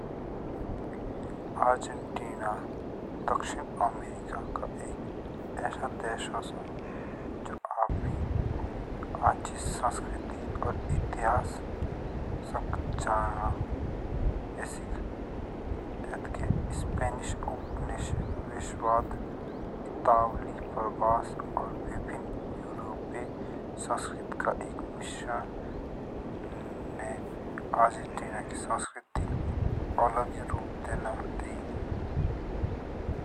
अर्जेंटीना दक्षिण अमेरिका का एक आसा देश ओसो जो आपनी आछि संस्कृति और इतिहासक जानो असिक अटके स्पैनिश उपनिवेशवाद इटावली प्रभास और विभिन्न यूरोपीय संस्कृति का एक मिश्रण ने अर्जेंटीना की संस्कृति अलग हे रूप देना द।